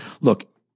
Look